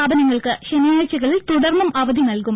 സ്ഥാപനങ്ങൾക്ക് ശനിയാഴ്ചകളിൽ തുടർന്നും അവധി നല്കും